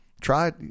try